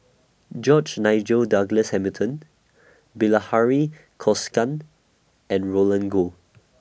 George Nigel Douglas Hamilton Bilahari Kausikan and Roland Goh